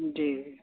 जी